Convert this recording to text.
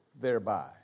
thereby